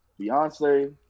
Beyonce